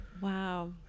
Wow